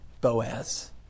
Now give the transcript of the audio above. Boaz